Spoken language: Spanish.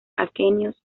aquenios